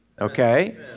Okay